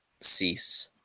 cease